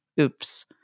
Oops